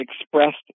expressed